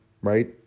right